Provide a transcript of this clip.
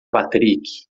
patrick